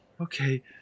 Okay